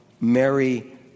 Mary